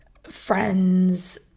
friends